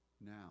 now